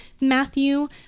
Matthew